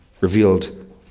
revealed